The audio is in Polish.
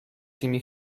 tymi